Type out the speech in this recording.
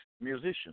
musician